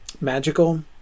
magical